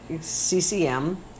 CCM